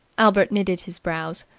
albert knitted his brows.